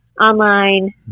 online